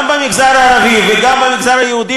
גם במגזר הערבי וגם במגזר היהודי,